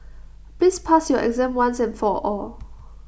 please pass your exam once and for all